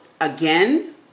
again